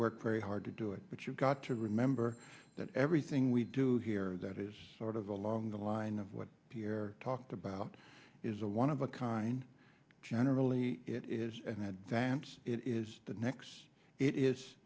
work very hard to do it but you've got to remember that everything we do here that is sort of along the line of what pierre talked about is a one of a kind generally it is an advance it is the next it is